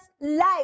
life